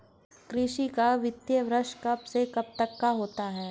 कृषि का वित्तीय वर्ष कब से कब तक होता है?